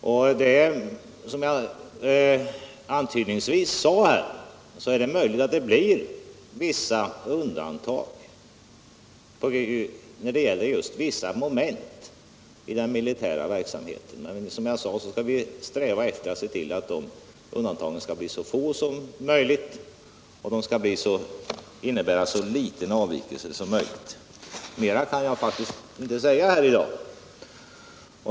Som jag antydningsvis sade är det möjligt att det blir en del undantag när det gäller vissa moment i den militära verksamheten. Vi skall, som jag också sade, sträva efter att se till att undantagen blir så få som möjligt och att de skall innebära så liten avvikelse som möjligt. Mera kan jag faktiskt inte säga här i dag.